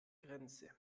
grenze